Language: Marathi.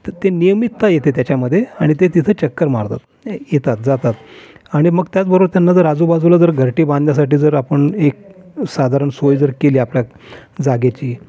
तर ते नियमितता येते त्याच्यामध्ये आणि ते तिथे चक्कर मारतात येतात जातात आणि मग त्याचबरोबर त्यांना जर आजूबाजूला जर घरटी बांधण्यासाठी जर आपण एक साधारण सोय जर केली आपल्या जागेची